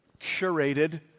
curated